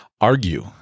argue